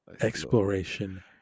Exploration